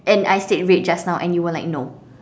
and I said red just now and you were like no